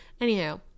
Anyhow